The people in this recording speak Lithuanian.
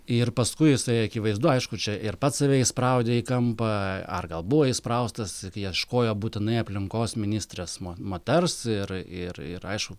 ir paskui jisai akivaizdu aišku čia ir pats save įspraudė į kampą ar gal buvo įspraustas kai ieškojo būtinai aplinkos ministrės mo moters ir ir ir aišku